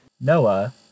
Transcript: Noah